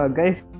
Guys